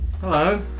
Hello